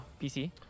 pc